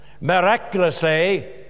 miraculously